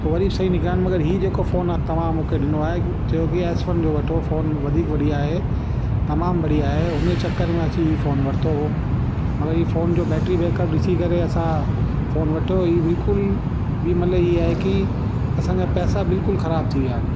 पोइ बि वरी बि सई निकिरिया आहिनि मगर ई जेको फ़ोन आहे तव्हां मूंखे ॾिनो आहे चयो की एस वन जो वठो फ़ोन वधीक बढ़िया आहे तमामु बढ़िया आहे उन चक्कर में अची ई फ़ोन वरितो हो मगर हीउ फ़ोन जो बैटिरी बैकअप ॾिसी करे असां फ़ोन वरितो हीउ बिल्कुलु मतलब ई आहे की असांजा पैसा बिल्कुलु ख़राबु थी विया आहिनि